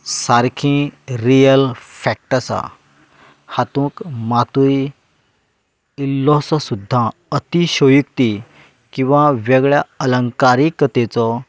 सारखी real fact आसा हातूंत मातूय इल्लोसो सुद्दां अतिशयोक्ती किंवा वेगळ्या अलंकारीकतेचो